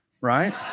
right